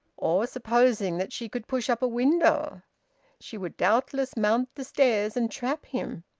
or supposing that she could push up a window she would doubtless mount the stairs and trap him!